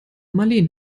marleen